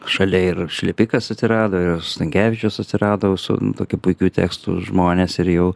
šalia ir šlepikas atsirado ir stankevičius atsirado su tokiu puikiu tekstu žmonės ir jau